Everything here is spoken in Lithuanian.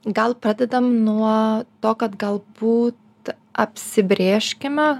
gal pradedam nuo to kad galbūt apsibrėžkime